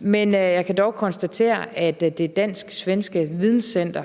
Men jeg kan dog konstatere, at det dansk-svenske videncenter,